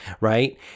right